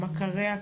מכריה,